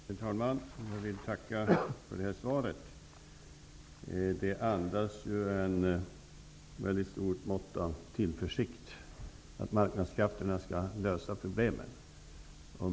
Herr talman! Jag vill tacka för svaret. Det andas ett mycket stort mått av tillförsikt till att marknadskrafterna skall lösa problemen.